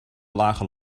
lage